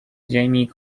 jamie